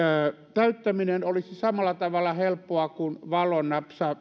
täyttäminen olisi samalla tavalla helppoa kuin valon